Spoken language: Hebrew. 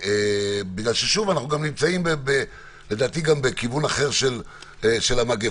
בגלל ששוב אנחנו נמצאים לדעתי גם בכיוון אחר של המגפה,